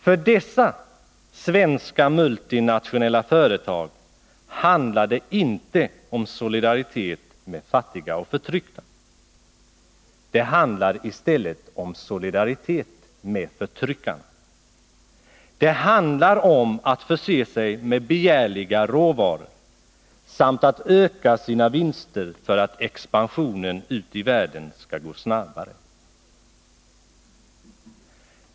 För dessa svenska multinationella företag handlar det inte om solidaritet med fattiga och förtryckta — det handlar i stället om solidaritet med förtryckarna. Det handlar om att förse sig med begärliga råvaror samt att öka sina vinster för att expansionen ut i världen skall gå snabbare.